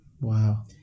Wow